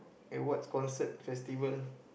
eh what's concert festival